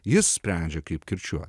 jis sprendžia kaip kirčiuot